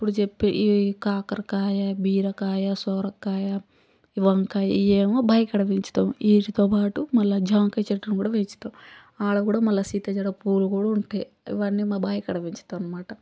ఇప్పుడు చెప్పే ఈ కాకరకాయ బీరకాయ సొరకాయ వంకాయ ఇవేమో బావికాడ పెంచుతాం వీటితోపాటు మళ్ళీ జామకాయ చెట్టుని కూడ పెంచుతాం ఆడకూడా మళ్ళీ సీత జడ పూలు కూడ ఉంటాయి అవన్నీ మా బావికాడ పెంచుతాం అనమాట